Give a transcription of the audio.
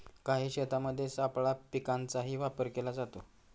काही शेतांमध्ये सापळा पिकांचाही वापर केला जातो